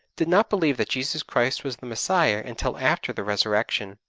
did not believe that jesus christ was the messiah until after the resurrection.